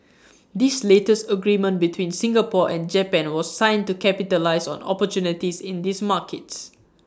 this latest agreement between Singapore and Japan was signed to capitalise on opportunities in these markets